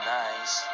nice